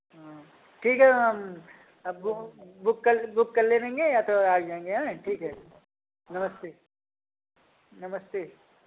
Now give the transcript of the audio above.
हाँ ठीक है हम बुक बु कर बुक कर लेंगे या तो आ जाएंगे आयँ ठीक है नमस्ते नमस्ते